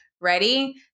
ready